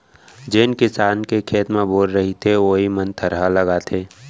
जेन किसान के खेत म बोर रहिथे वोइ मन थरहा लगाथें